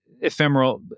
ephemeral